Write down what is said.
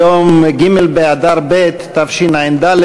היום ג' באדר ב' התשע"ד,